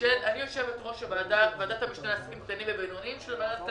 אני יושבת ראש ועדת המשנה לעסקים קטנים ובינויים של ועדת הכלכלה.